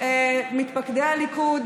מתפקדי הליכוד,